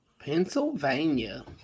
Pennsylvania